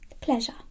Pleasure